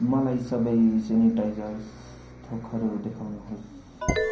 मलाई सबै सेनिटाइजर्स थोकहरू देखाउनुहोस्